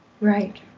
Right